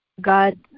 God